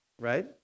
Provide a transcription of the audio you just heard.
Right